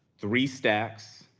three stacks,